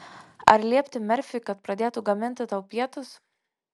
ar liepti merfiui kad pradėtų gaminti tau pietus